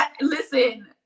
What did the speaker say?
Listen